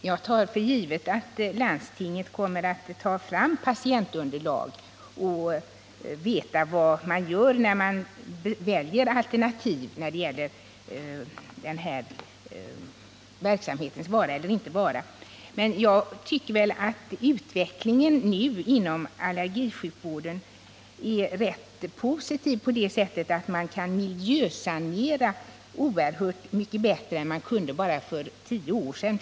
Herr talman! Jag tar för givet att landstinget kommer att ta fram ett sådant beslutsunderlag att man vet vad man gör när man tar ställning till denna verksamhets vara eller inte vara. Den nuvarande utvecklingen inom allergisjukvården är enligt min mening ganska positiv på det sättet att man kan miljösanera oerhört mycket bättre än man kunde för bara 5-10 år sedan.